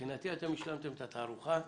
מבחינתי אתם השלמתם את התערוכה.